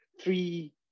three